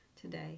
today